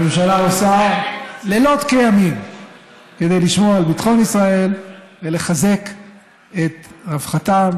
הממשלה עושה לילות כימים כדי לשמור על ביטחון ישראל ולחזק את רווחתם,